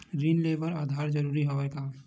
ऋण ले बर आधार जरूरी हवय का?